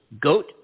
Goat